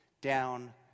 down